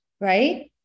right